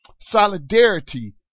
solidarity